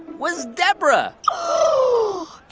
was deborah oh.